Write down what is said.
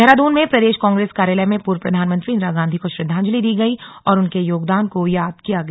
देहरादून में प्रदेश कांग्रेस कार्यालय में पूर्व प्रधानमंत्री इंदिरा गांधी को श्रद्वांजलि दी गई और उनके योगदान को याद किया गया